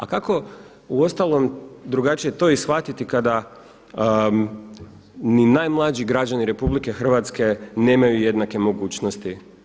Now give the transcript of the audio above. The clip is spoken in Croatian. A kako uostalom drugačije to i shvatiti kada ni najmlađi građani RH nemaju jednake mogućnosti.